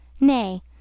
Nay